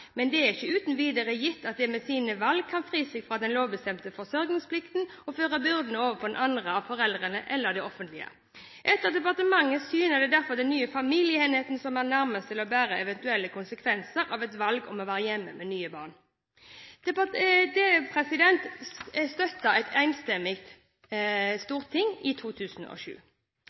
men det er ikke uten videre gitt at de med sine valg kan fri seg fra den lovbestemte forsørgingsplikten og føre byrdene over på den andre av foreldrene eller det offentlige. Etter departementets syn er det derfor den nye familieenheten som er nærmest til å bære eventuelle konsekvenser av et valg om å være hjemme med nye barn.» Det støttet et enstemmig storting i 2007.